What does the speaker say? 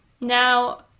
Now